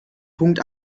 punkt